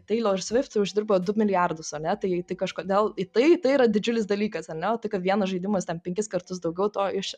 teilor svift uždirbo du milijardus ar ne tai tai kažkodėl į tai tai yra didžiulis dalykas ane o tai kad vienas žaidimas ten penkis kartus daugiau to iš